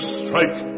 strike